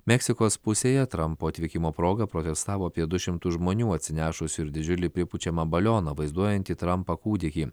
meksikos pusėje trampo atvykimo proga protestavo apie du šimtus žmonių atsinešusių ir didžiulį pripučiamą balioną vaizduojantį trampą kūdikį